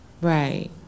Right